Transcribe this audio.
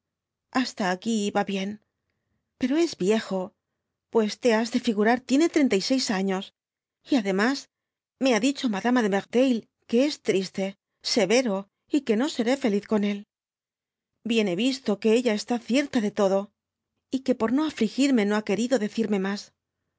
hasta aquí ya bien pero es yiejo pues te has de figurar tiene treinta y seis años y ademas me ha dicho madama icerteuil q e es triste seyero y que no seré felis ccm él ken hé yisto que ella está cierta de todo y que por no afligirme no ha querido decirme mas